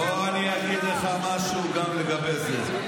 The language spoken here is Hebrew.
בוא אני אגיד לך משהו גם לגבי זה.